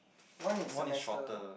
one is semester